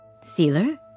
Sealer